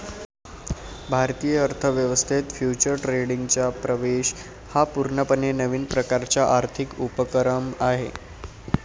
भारतीय अर्थ व्यवस्थेत फ्युचर्स ट्रेडिंगचा प्रवेश हा पूर्णपणे नवीन प्रकारचा आर्थिक उपक्रम आहे